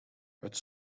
het